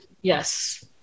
yes